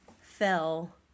fell